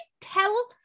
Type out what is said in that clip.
tell